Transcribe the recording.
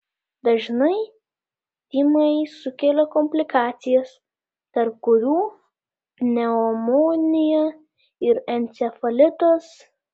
dažnai tymai sukelia komplikacijas tarp kurių pneumonija ir encefalitas